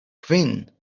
kvin